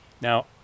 Now